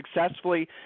successfully